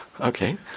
Okay